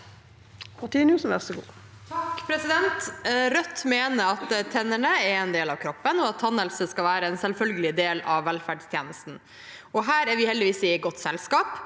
«Rødt me- ner at tennene er en del av kroppen, og at tannhelse skal være en selvfølgelig del av velferdstjenesten. Her er vi heldigvis i godt selskap.